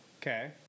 Okay